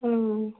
ହୁଁ